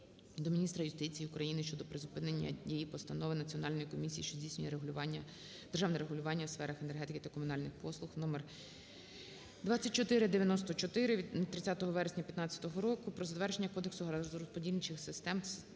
до міністра юстиції України щодо призупинення дії Постанови Національної комісії, що здійснює регулювання... державне регулювання у сферах енергетики та комунальних послуг №2494 від 30 вересня 2015 року "Про затвердження Кодексу газорозподільних систем"